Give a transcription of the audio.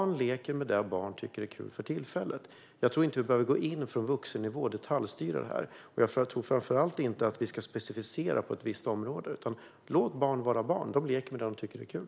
Barn leker med det barn tycker är kul för tillfället. Jag tror inte att vi behöver gå in och detaljstyra det på vuxennivå. Jag tror framför allt inte att vi ska specificera det på ett visst område. Låt barn vara barn! De leker med det de tycker är kul.